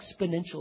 exponential